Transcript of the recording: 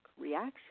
reaction